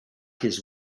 his